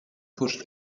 pushed